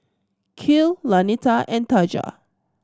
Kiel Lanita and Taja